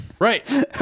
Right